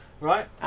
right